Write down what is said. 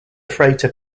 freighter